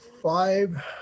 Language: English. five